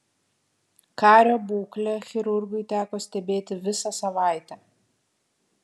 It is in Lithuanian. kario būklę chirurgui teko stebėti visą savaitę